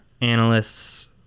analysts